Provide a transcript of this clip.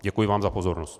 Děkuji vám za pozornost.